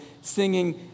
singing